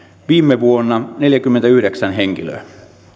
viime vuonna neljäkymmentäyhdeksän henkilöä